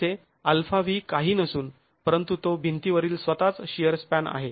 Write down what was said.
येथे αv काही नसुन परंतू तो भिंतीवरील स्वतःच शिअर स्पॅनआहे